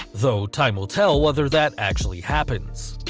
though time will tell whether that actually happens.